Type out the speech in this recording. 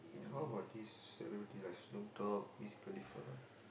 how about this celebrity like Snopp-Dogg Wiz-Khalifa